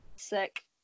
sick